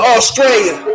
Australia